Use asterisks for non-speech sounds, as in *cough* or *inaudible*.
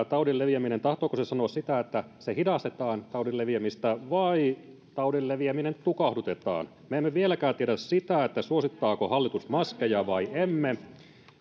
*unintelligible* taudin leviäminen sanoa sitä että hidastetaan taudin leviämistä vai että taudin leviäminen tukahdutetaan me emme vieläkään tiedä sitä suosittaako hallitus maskeja vai ei